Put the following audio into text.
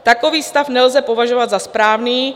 Takový stav nelze považovat za správný.